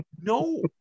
no